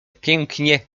pięknie